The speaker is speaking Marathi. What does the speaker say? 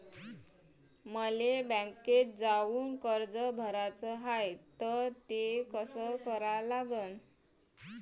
मले बँकेत जाऊन कर्ज भराच हाय त ते कस करा लागन?